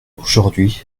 aujourd’hui